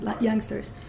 youngsters